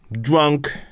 drunk